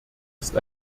ist